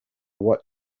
what